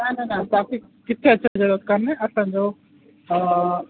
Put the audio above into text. न न न तव्हांखे किथे अचनि जी जरूरत कोन्हे असांजो